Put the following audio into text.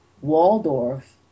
Waldorf